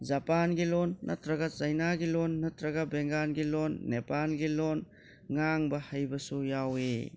ꯖꯄꯥꯟꯒꯤ ꯂꯣꯟ ꯅꯠꯇꯔꯒ ꯆꯩꯅꯥꯒꯤ ꯂꯣꯟ ꯅꯠꯇ꯭ꯔꯒ ꯕꯦꯡꯒꯟꯒꯤ ꯂꯣꯟ ꯅꯦꯄꯥꯜꯒꯤ ꯂꯣꯟ ꯉꯥꯡꯕ ꯍꯩꯕꯁꯨ ꯌꯥꯎꯏ